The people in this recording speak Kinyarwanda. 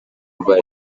mva